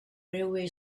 railway